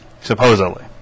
supposedly